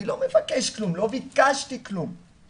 אני לא מבקש כלום, לא ביקשתי כלום, רק